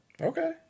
Okay